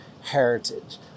heritage